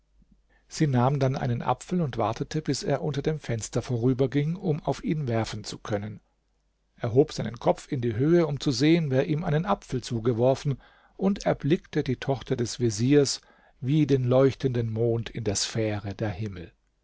sie nahm dann einen apfel und wartete bis er unter dem fenster vorüberging um auf ihn werfen zu können er hob seinen kopf in die höhe um zu sehen wer ihm einen apfel zugeworfen und erblickte die tochter des veziers wie den leuchtenden mond in der sphäre der himmel